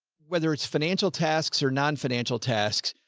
whether it's financial tasks or non-financial tasks,